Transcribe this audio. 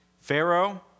Pharaoh